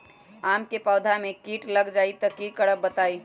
आम क पौधा म कीट लग जई त की करब बताई?